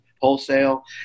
wholesale